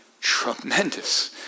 tremendous